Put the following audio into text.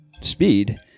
Speed